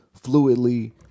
fluidly